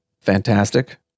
fantastic